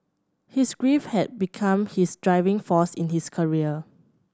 his grief had become his driving force in his career